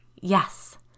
Yes